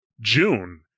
June